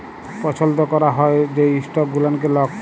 পছল্দ ক্যরা হ্যয় যে ইস্টক গুলানকে লক